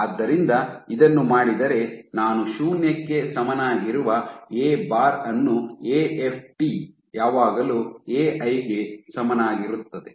ಆದ್ದರಿಂದ ಇದನ್ನು ಮಾಡಿದರೆ ನಾನು ಶೂನ್ಯಕ್ಕೆ ಸಮನಾಗಿರುವ ಎ ಬಾರ್ ಅನ್ನು ಎ ಎಫ್ ಟಿ ಯಾವಾಗಲೂ ಎಐ ಗೆ ಸಮನಾಗಿರುತ್ತದೆ